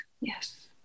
Yes